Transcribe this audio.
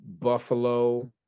Buffalo